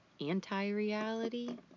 anti-reality